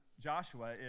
Joshua